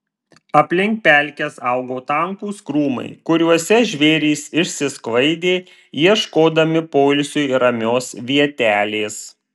aplink pelkes augo tankūs krūmai kuriuose žvėrys išsisklaidė ieškodami poilsiui ramios vietelės